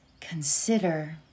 consider